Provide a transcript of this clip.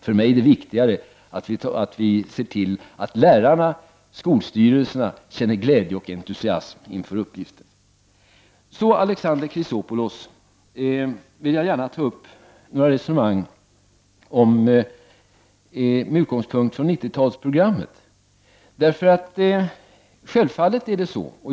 För mig är det viktigare att se till att lärarna och skolstyrelserna känner glädje och entusiasm inför uppgiften. Med anledning av vad Alexander Chrisopoulos sade, vill jag gärna ta upp ett resonemang med utgångspunkt från 90-talsprogrammet.